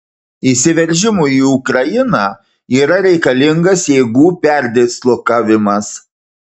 įsiveržimui į ukrainą yra reikalingas jėgų perdislokavimas